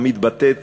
המתבטאת